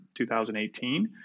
2018